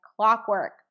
clockwork